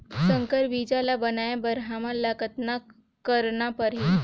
संकर बीजा ल बनाय बर हमन ल कतना करना परही?